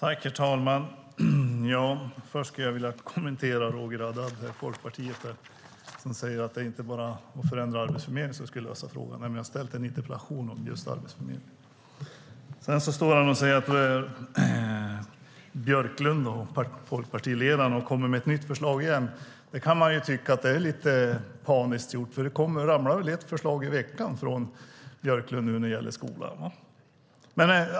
Herr talman! Först vill jag kommentera Roger Haddad från Folkpartiet som sade att det inte bara är en förändring av Arbetsförmedlingen som skulle lösa frågan, men jag ställde en interpellation om just Arbetsförmedlingen. Sedan stod han och sade att folkpartiledaren Björklund har kommit med ett nytt förslag igen. Man kan tycka att det är lite paniskt gjort därför att det ramlar in ungefär ett förslag i veckan från Björklund nu när det gäller skolan.